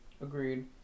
agreed